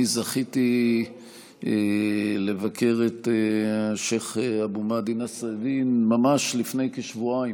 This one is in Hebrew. זכיתי לבקר את השייח' אבו מהדי נסראלדין ממש לפני כשבועיים.